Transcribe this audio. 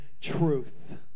truth